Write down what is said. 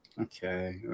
okay